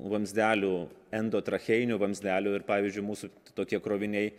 vamzdelių endotrachėjinių vamzdelių ir pavyzdžiui mūsų tokie kroviniai